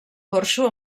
porxo